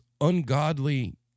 ungodly